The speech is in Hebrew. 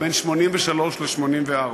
בין 83 ל-84.